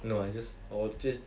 no I just 我 just